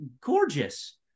gorgeous